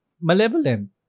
malevolent